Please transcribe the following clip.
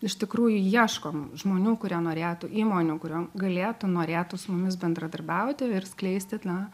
iš tikrųjų ieškom žmonių kurie norėtų įmonių kuriom galėtų norėtų su mumis bendradarbiauti ir skleisti na